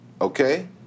okay